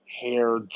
hair